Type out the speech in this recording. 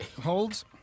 Holds